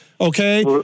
Okay